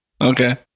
Okay